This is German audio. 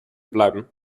bleiben